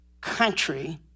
country